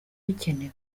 bikenewe